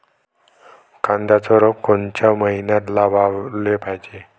कांद्याचं रोप कोनच्या मइन्यात लावाले पायजे?